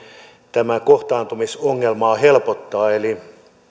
tätä kohtaantumisongelmaa helpottaa eli